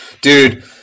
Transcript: Dude